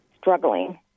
struggling